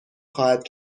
خواهد